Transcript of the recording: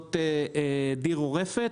לבנות דיר או רפת,